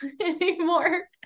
anymore